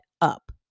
up